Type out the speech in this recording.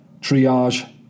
triage